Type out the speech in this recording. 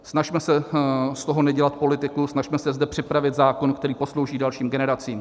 Snažme se z toho nedělat politikum, snažme se zde připravit zákon, který poslouží dalším generacím.